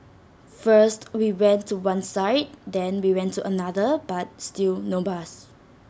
first we went to one side then we went to another but still no bus